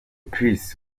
chris